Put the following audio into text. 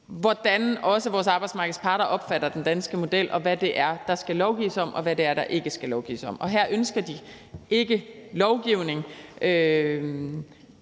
hvordan vores arbejdsmarkeds parter også opfatter den danske model, og hvad det er, der skal lovgives om, og hvad det er, der ikke skal lovgives om. Her ønsker de ikke lovgivning.